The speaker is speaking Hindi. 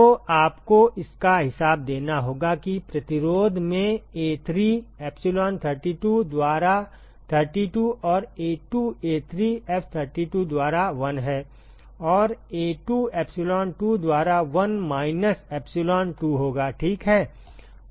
तो आपको इसका हिसाब देना होगा कि प्रतिरोध में A3 epsilon32 द्वारा 32 और A2 A3 F32 द्वारा 1 है और A2 epsilon2 द्वारा 1 माइनस epsilon2 होगा ठीक है